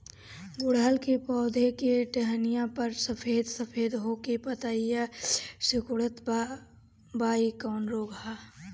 गुड़हल के पधौ के टहनियाँ पर सफेद सफेद हो के पतईया सुकुड़त बा इ कवन रोग ह?